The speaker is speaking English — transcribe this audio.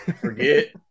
forget